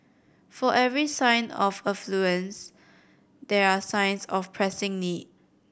for every sign of affluence there are signs of pressing need